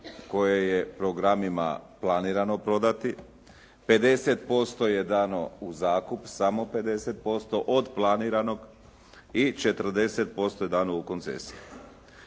koje je programima planirano prodati. 50% je dano u zakup, samo 50% od planiranog i 40% je dano u koncesije.